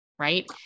Right